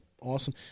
awesome